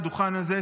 לדוכן הזה,